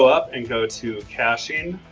up and go to caching